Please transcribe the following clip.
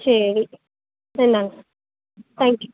சரி இந்தாங்க வாங்கிக்கிங்க